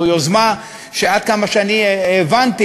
זו יוזמה שעד כמה שאני הבנתי,